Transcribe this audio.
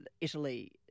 Italy